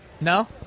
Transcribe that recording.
No